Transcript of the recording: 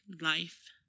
life